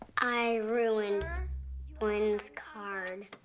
i ruined blynn's card.